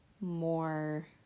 more